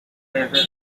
jefes